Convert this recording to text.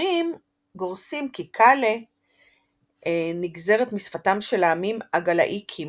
אחרים גורסים כי קאלה נגזרת משפתם של העמים הגלאיקים,